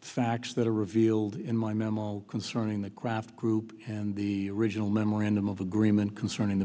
facts that are revealed in my memo concerning the graft group and the original memorandum of agreement concerning the